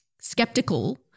skeptical